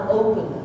open